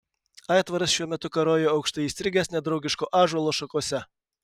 aitvaras šiuo metu karojo aukštai įstrigęs nedraugiško ąžuolo šakose